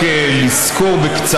(מאגר